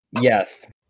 Yes